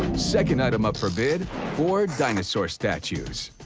second item up for bid four dinosaur statues.